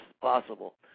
possible